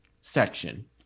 section